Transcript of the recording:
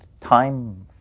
time